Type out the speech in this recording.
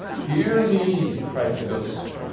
hear me! cried the ghost.